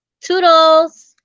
Toodles